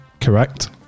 Correct